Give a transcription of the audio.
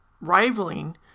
rivaling